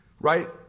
Right